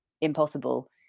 impossible